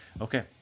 Okay